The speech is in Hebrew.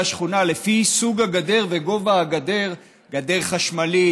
השכונה לפי סוג הגדר וגובה הגדר: גדר חשמלית,